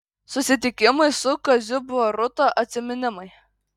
susitikimai su kaziu boruta atsiminimai